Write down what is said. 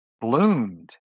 bloomed